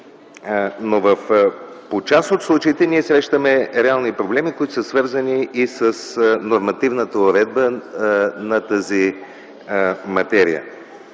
но по част от случаите ние срещаме реални проблеми, които са свързани и с нормативната уредба на тази материя.